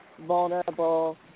vulnerable